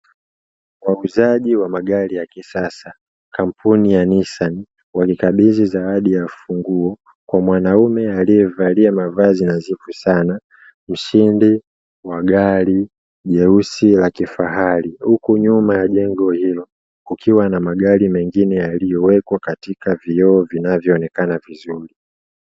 Wauzaji wa magari ya kisasa kampuni ya "NISSAN" wakikabidhi zawadi ya ufunguo kwa mwanaume aliyevalia mavazi nadhifu sana, mshindi wa gari jeusi la kifahari. Huku nyuma ya jengo hilo kukiwa na magari mengine yaliyowekwa katika vioo vinavyoonekana vizuri.